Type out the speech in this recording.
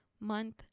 month